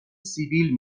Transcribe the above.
سیبیل